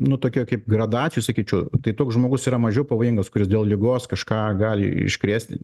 nu tokie kaip gradacijoj sakyčiau tai toks žmogus yra mažiau pavojingas kuris dėl ligos kažką gali iškrėsti